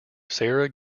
sarah